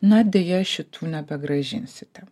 na deja šitų nebegrąžinsite